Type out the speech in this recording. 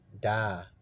die